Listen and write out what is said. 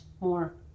more